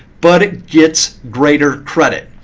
but it gets greater credit.